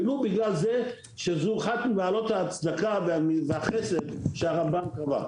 זו אחת ממעלות ההצדקה והחסד שהרמב"ם קבע.